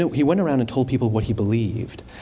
he went around and told people what he believed.